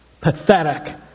pathetic